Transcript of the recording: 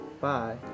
Bye